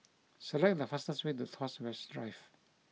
select the fastest way to Tuas West Drive